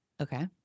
Okay